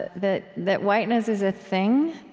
that that whiteness is a thing,